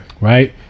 Right